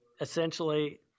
Essentially